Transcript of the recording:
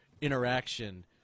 interaction